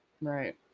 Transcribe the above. Right